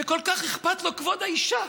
שכל כך אכפת לו כבוד האישה,